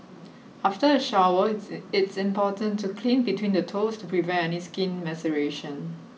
after a shower it's it's important to clean between the toes to prevent any skin maceration